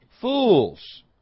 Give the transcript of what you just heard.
fools